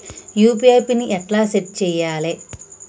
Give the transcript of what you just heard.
UPI pin ఎట్లా set చేయాలే?